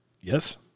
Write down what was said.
Yes